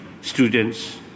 students